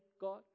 God